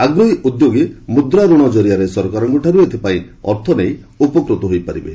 ଆଗ୍ରହୀ ଉଦ୍ୟୋଗୀ ମୁଦ୍ରା ରଣ ଜରିଆରେ ସରକାରଙ୍କଠାରୁ ଏଥିପାଇଁ ଅର୍ଥ ନେଇ ଉପକୃତ ହୋଇପାରିବେ